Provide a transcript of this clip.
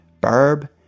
Barb